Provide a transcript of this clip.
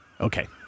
Okay